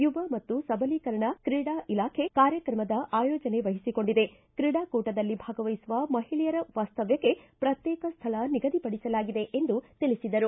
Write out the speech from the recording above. ಯುವ ಮತ್ತು ಸಬಲೀಕರಣ ಇಲಾಖೆ ಹಾಗೂ ತ್ರೀಡಾ ಇಲಾಖೆ ಕಾರ್ಯಕ್ರಮದ ಆಯೋಜನೆ ವಹಿಸಿಕೊಂಡಿದೆ ಕ್ರೀಡಾಕೂಟದಲ್ಲಿ ಭಾಗವಹಿಸುವ ಮಹಿಳೆಯರ ವಾಸ್ತವ್ಯಕ್ಕ ಪ್ರತ್ತೇಕ ಸ್ಥಳ ನಿಗದಿಪಡಿಸಲಾಗಿದೆ ಎಂದು ತಿಳಿಸಿದರು